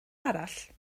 arall